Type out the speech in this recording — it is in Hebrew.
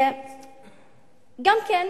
גם כן,